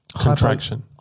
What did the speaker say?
contraction